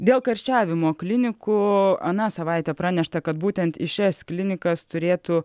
dėl karščiavimo klinikų aną savaitę pranešta kad būtent į šias klinikas turėtų